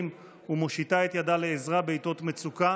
ומושיטה את ידה לעזרה בעיתות מצוקה,